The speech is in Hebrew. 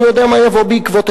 אני יודע מה יבוא בעקבותיהן,